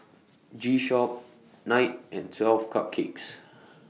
G Shock Knight and twelve Cupcakes